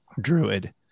druid